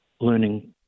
learning